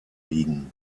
liegen